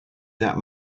that